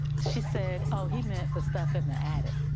she said, oh he meant the stuff in the attic.